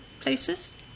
places